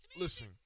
Listen